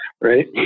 Right